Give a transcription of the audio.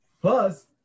Plus